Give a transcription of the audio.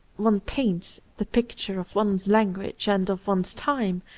one paints the picture of one's language and of one's time,